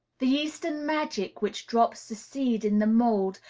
the eastern magic which drops the seed in the mould,